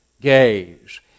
gaze